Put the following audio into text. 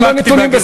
לא פקפקתי בהגינותך.